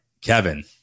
Kevin